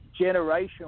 generational